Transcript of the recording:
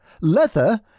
Leather